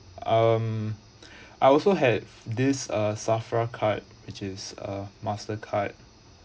um I also had this uh safra card which is a mastercard